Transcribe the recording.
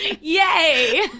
yay